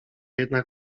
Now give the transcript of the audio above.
jednak